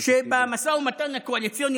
או שבמשא ומתן הקואליציוני,